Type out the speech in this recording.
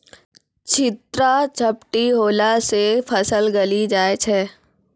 चित्रा झपटी होला से फसल गली जाय छै?